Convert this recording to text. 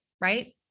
right